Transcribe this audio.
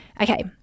Okay